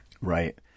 Right